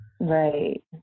right